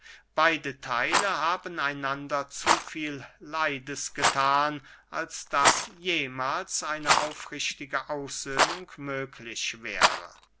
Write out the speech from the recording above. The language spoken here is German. beide theile haben einander zu viel leides gethan als daß jemahls eine aufrichtige aussöhnung möglich wäre